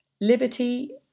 Liberty